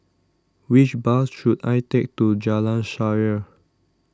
which bus should I take to Jalan Shaer